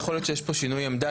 יכול להיות שיש פה שינוי עמדה,